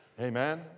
Amen